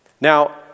Now